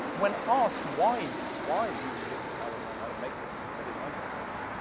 when asked why why didn't you just tell everyone how to make the bloody microscopes,